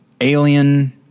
Alien